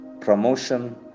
promotion